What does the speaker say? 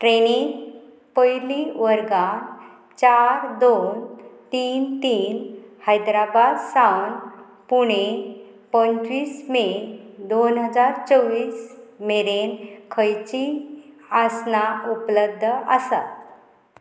ट्रेनी पयली वर्गांत चार दोन तीन तीन हैद्राबाद सावन पुणे पंचवीस मे दोन हजार चोवीस मेरेन खंयची आसना उपलब्ध आसा